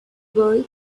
boy